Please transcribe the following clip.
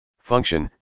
Function